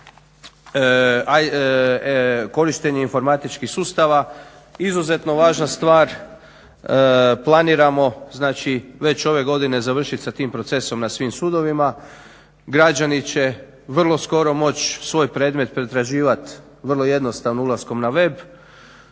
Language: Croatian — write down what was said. korištenje informatičkih sustava, izuzetno važna stvar. Planiramo već ove godine završiti sa tim procesom na svim sudovima. Građani će vrlo skoro moći svoj predmet pretraživat vrlo jednostavno ulaskom na web